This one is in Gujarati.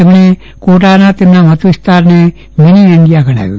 તેમણે કોટાના તેમના મતવિસ્તારને મીની ઇન્ડિયા ગણાવ્યું